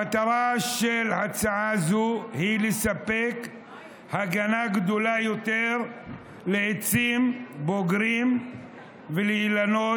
המטרה של הצעה זו היא לספק הגנה גדולה יותר לעצים בוגרים ולאילנות,